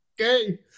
okay